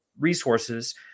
resources